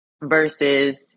versus